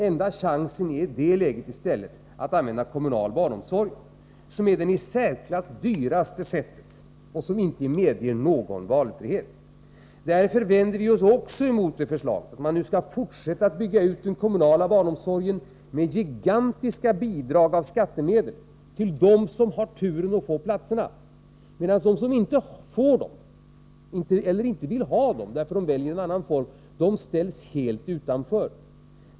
Enda chansen är i det läget att anlita kommunal barnomsorg, som är det i särklass dyraste sättet och som inte medger någon valfrihet. Därför vänder vi oss mot förslaget att man nu skall fortsätta att bygga ut den kommunala barnomsorgen med gigantiska bidrag av skattemedel till dem som har turen att få platserna, medan de som inte får platserna — eller inte vill ha dem, därför att man väljer en annan form — ställs helt utanför.